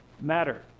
matter